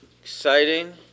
Exciting